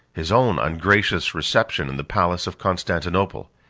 his own ungracious reception in the palace of constantinople.